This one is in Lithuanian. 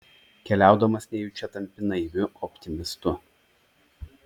keliaudamas nejučia tampi naiviu optimistu